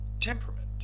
Temperament